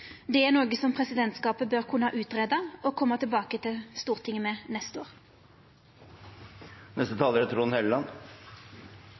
Det er noko som presidentskapet bør kunna greia ut og koma tilbake til Stortinget med neste